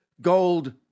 gold